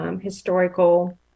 historical